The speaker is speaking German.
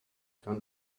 kann